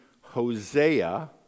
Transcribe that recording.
Hosea